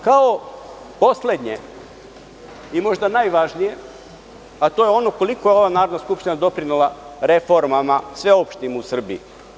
Kao poslednje i možda najvažnije, a to je koliko je ova Narodna skupština doprinela reformama sveopštim u Srbiji.